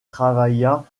travailla